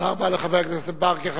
תודה רבה לחבר הכנסת ברכה.